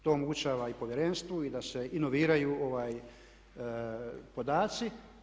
To omogućava i Povjerenstvu i da se inoviraju podaci.